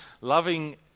loving